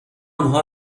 آنها